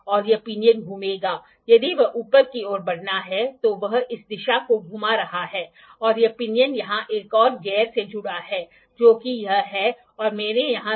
कोई इसे डिग्री या रेडियन कह सकता है लेकिन तथ्य यह है कि इसका सर्कल से सीधा संबंध है जो एक रेखा का एक एन्वलप है जो इसके एक किनारों में घुमाता है